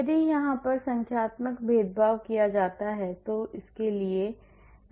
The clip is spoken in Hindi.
यदि मैं संख्यात्मक भेदभाव करता हूं तो मैं क्या करूं